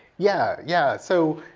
yeah, yeah, so